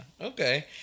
okay